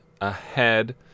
ahead